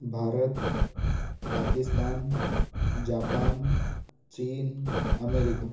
Bharat Pakistan Japan चीन America